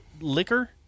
liquor